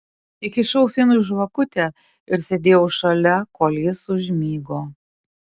įkišau finui žvakutę ir sėdėjau šalia kol jis užmigo